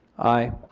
aye.